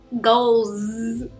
goals